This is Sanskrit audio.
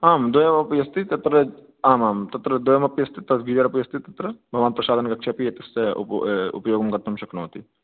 आं द्वयमपि अस्ति तत्र आम् आं तत्र द्वयमपि अस्ति तत् गीजर् अपि अस्ति तत्र भवान् प्रसाधनकक्षेऽपि एतस्य उपयोगं उपयोगं कर्तुं शक्नोति